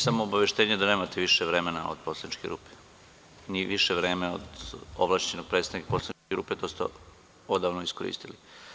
Samo obaveštenje da nemate više vremena od poslaničke grupe, a ni vreme od ovlašćenog predstavnika poslaničke grupe, to ste odavno iskoristili.